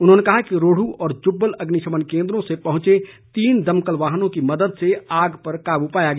उन्होंने कहा कि रोहडू व जुब्बल अग्निशमन केंद्रों से पहुंचे तीन दमकल वाहनों की मदद से आग पर काबू पाया गया